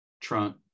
trunk